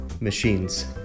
machines